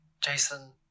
Jason